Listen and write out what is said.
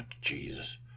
Jesus